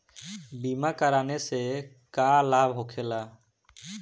बीमा कराने से का लाभ होखेला?